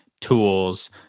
tools